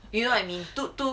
you know what I mean to to